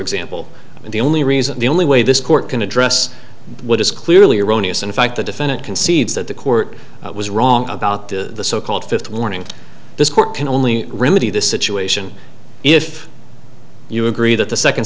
example and the only reason the only way this court can address what is clearly erroneous in fact the defendant concedes that the court was wrong about the so called fifth warning this court can only remedy the situation if you agree that the second